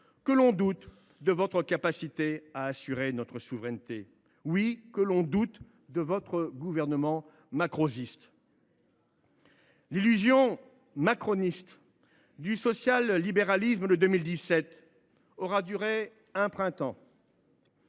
que l’on doute de votre capacité à assurer notre souveraineté, en un mot, que l’on doute de votre gouvernement « macrozyste »! L’illusion macroniste du social libéralisme de 2017 n’aura duré qu’un printemps.